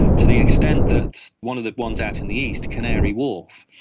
to the extent that one of the ones out in the east, canary wharf,